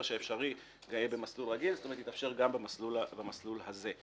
שאפשרי במסלול הרגיל יתאפשר גם במסלול הזה.